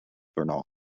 bernal